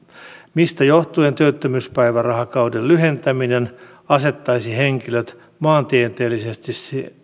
mistä johtuen työttömyyspäivärahakauden lyhentäminen asettaisi henkilöt maantieteellisestä